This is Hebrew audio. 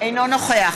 אינו נוכח